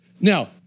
Now